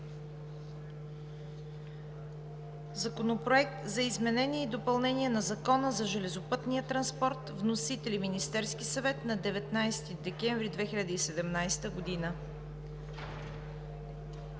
Законопроект за изменение и допълнение на Закона за железопътния транспорт. Вносител: Министерският съвет на 19 декември 2017 г.